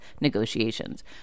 negotiations